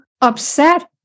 upset